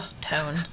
tone